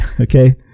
okay